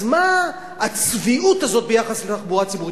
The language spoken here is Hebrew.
אז מה הצביעות הזאת ביחס לתחבורה ציבורית?